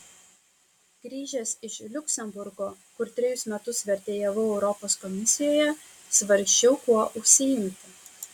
grįžęs iš liuksemburgo kur trejus metus vertėjavau europos komisijoje svarsčiau kuo užsiimti